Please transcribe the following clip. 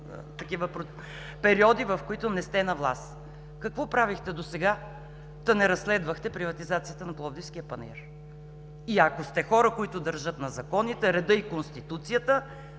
периоди, в които не сте на власт. Какво правехте досега та не разследвахте приватизацията на Пловдивския панаир? И, ако сте хора, които държат на законите, реда и Конституцията,